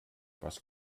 was